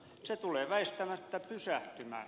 se tulee väistämättä pysähtymään